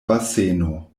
baseno